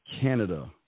Canada